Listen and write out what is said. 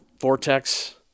Vortex